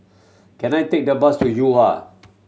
can I take the bus to